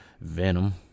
Venom